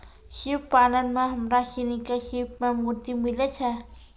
सिप पालन में हमरा सिनी के सिप सें मोती मिलय छै